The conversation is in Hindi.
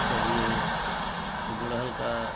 चाहिए तो गुड़हल का